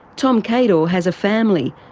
tom kaydor has a family,